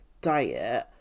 diet